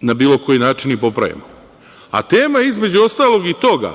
na bilo koji način i popravimo. Tema, između ostalog, i toga